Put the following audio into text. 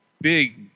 Big